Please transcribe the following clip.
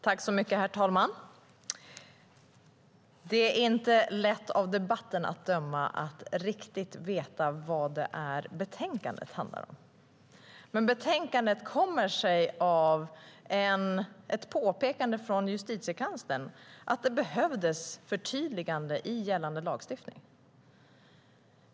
Herr talman! Det är inte lätt att av debatten bedöma vad betänkandet handlar om. Betänkandet kommer sig av ett påpekande av Justitiekanslern att det behövdes förtydligande i gällande lagstiftning.